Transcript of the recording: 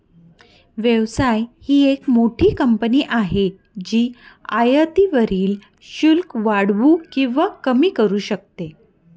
व्यवसाय ही एक मोठी कंपनी आहे जी आयातीवरील शुल्क वाढवू किंवा कमी करू शकते